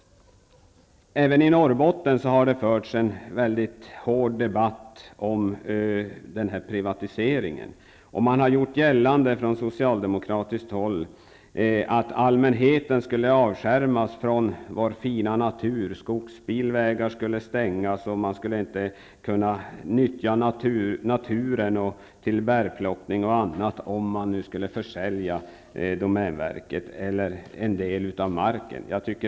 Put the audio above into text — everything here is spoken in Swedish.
Även i Norrbotten har det förts en väldigt hård debatt om den här privatiseringen. Från socialdemokratiskt håll har man gjort gällande att allmänheten skulle avskärmas från vår fina natur, att skogsbilvägar skulle stängas, och att naturen inte skulle kunna nyttjas för bärplockning och annat vid en försäljning av domänverket eller av en del av marken.